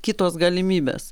kitos galimybės